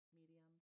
medium